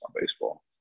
baseball